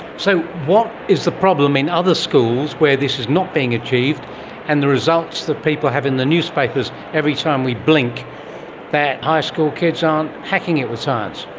so what is the problem in other schools where this is not being achieved and the results that people have in the newspapers every time we blink that high school kids aren't hacking it with science?